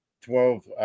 twelve